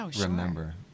remember